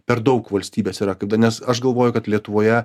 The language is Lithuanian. per daug valstybės yra kada nes aš galvoju kad lietuvoje